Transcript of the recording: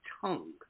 tongue